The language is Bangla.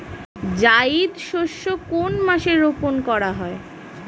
জায়িদ শস্য কোন মাসে রোপণ করা হয়?